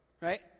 right